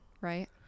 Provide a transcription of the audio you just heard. right